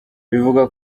bivugwa